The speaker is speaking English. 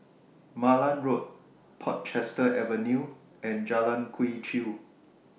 Malan Road Portchester Avenue and Jalan Quee Chew